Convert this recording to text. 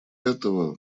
этого